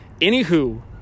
Anywho